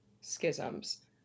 schisms